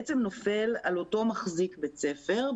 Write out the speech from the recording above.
בעצם נופל על אותו מחזיק בית ספר,